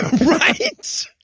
Right